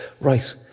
right